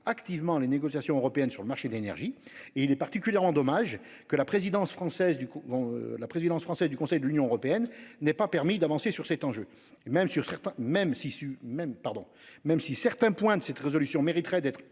activement les négociations européennes sur le marché de l'énergie. Il est particulièrement dommage que la présidence française du Conseil de l'Union européenne n'ait pas permis d'avancer sur le sujet. Même si certains points de cette résolution mériteraient d'être